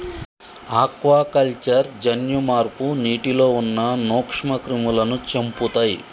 aquaculture జన్యు మార్పు నీటిలో ఉన్న నూక్ష్మ క్రిములని చెపుతయ్